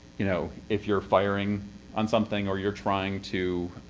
you know if you're firing on something, or you're trying to.